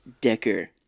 decker